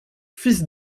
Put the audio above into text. fils